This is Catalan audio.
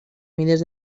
mides